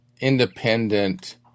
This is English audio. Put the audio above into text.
independent